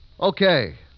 Okay